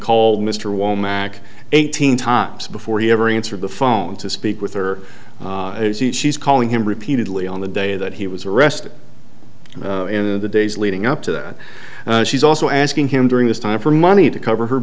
called mr womack eighteen times before he ever answered the phone to speak with her she's calling him repeatedly on the day that he was arrested in the days leading up to that she's also asking him during this time for money to cover her